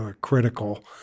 critical